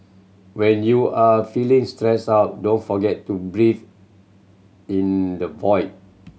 when you are feeling stressed out don't forget to breathe in the void